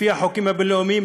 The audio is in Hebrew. לפי החוקים הבין-לאומיים,